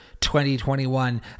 2021